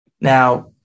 Now